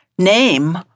Name